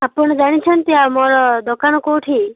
ଆପଣ ଜାଣିଛନ୍ତି ଆମର ଦୋକାନ କେଉଁଠି